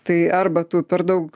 tai arba tu per daug